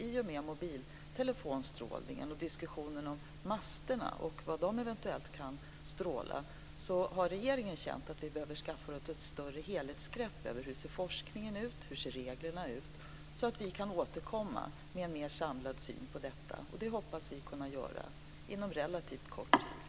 I och med mobiltelefonstrålningen och diskussionen om masterna och deras eventuella strålning har regeringen känt att vi behöver skaffa oss ett bättre helhetsgrepp över hur forskningen och reglerna ser ut så att vi kan återkomma med en mer samlad syn på detta. Det hoppas vi kunna göra inom relativt kort tid.